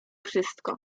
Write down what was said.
wszystko